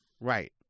right